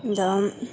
अन्त